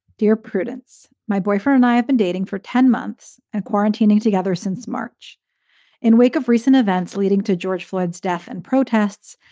dear prudence, my boyfriend, i have been dating for ten months and quarantining together since march in wake of recent events leading to george flood's death and protests.